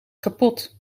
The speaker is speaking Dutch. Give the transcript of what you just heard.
kapot